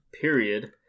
period